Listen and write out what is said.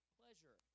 pleasure